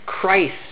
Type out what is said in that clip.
Christ